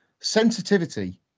sensitivity